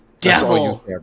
Devil